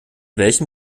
welchen